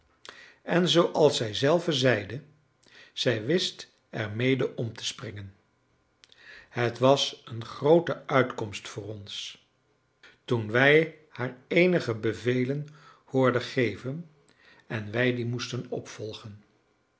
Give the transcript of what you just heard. en zooals zij zelve zeide zij wist ermede om te springen het was een groote uitkomst voor ons toen wij haar eenige bevelen hoorden geven en wij die moesten opvolgen